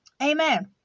Amen